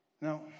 Now